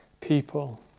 people